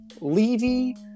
Levy